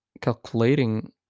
calculating